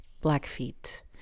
Blackfeet